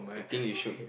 I think you should